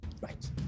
right